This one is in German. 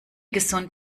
gesund